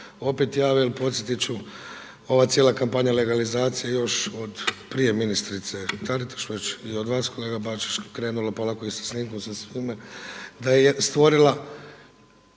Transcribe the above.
opet jave. Jer podsjetit ću ova cijela kampanja legalizacije još od prije ministrice Tatiraš i od vas kolega Bačić krenulo se polako i sa snimkom i sa svime, da je stvorila